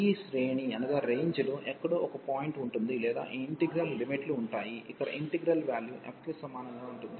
ఈ శ్రేణి లో ఎక్కడో ఒక పాయింట్ ఉంటుంది లేదా ఈ ఇంటిగ్రల్ లిమిట్ లు ఉంటాయి ఇక్కడ ఇంటిగ్రల్ వాల్యూ f కి సమానంగా ఉంటుంది